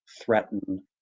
threaten